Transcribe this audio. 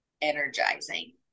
energizing